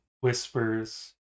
whispers